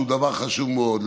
שהן דבר חשוב מאוד,